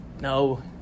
No